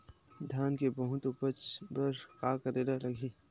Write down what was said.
धान के बहुत उपज बर का करेला लगही?